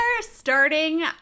starting